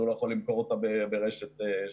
הוא לא יכול למכור אותו ברשת שונה.